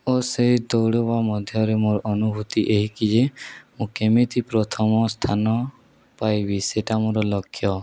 ଓ ସେ ଦୌଡ଼ିବା ମଧ୍ୟରେ ମୋର ଅନୁଭୂତି ଏହିକି ଯେ ମୁଁ କେମିତି ପ୍ରଥମ ସ୍ଥାନ ପାଇବି ସେଟା ମୋର ଲକ୍ଷ୍ୟ